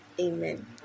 Amen